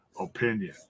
opinion